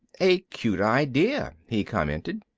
a cute idea, he commented.